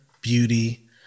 beauty